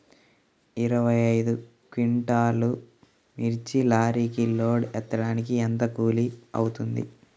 ఇరవై ఐదు క్వింటాల్లు మిర్చి లారీకి లోడ్ ఎత్తడానికి ఎంత కూలి అవుతుంది?